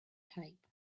type